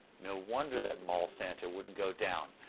no wonder that mall santa wouldn't go down.